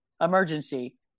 emergency